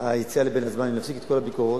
היציאה ל"בין הזמנים" צריך להפסיק את כל הביקורות.